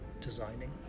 designing